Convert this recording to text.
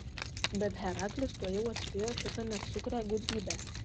bet heraklis tuojau atspėjo šitą neapsukrią gudrybę